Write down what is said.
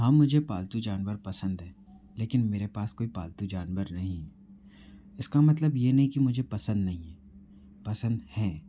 हाँ मुझे पालतू जानवर पसंद हैं लेकिन मेरे पास कोई पालतू जानवर नहीं है इसका मतलब ये नहीं कि मुझे पसंद नहीं है पसंद हैं